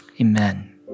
amen